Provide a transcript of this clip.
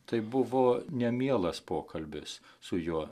tai buvo nemielas pokalbis su juo